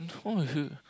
no you